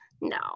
No